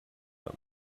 them